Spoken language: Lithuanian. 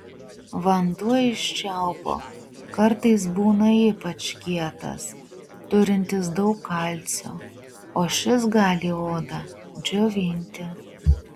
vanduo iš čiaupo kartais būna ypač kietas turintis daug kalcio o šis gali odą džiovinti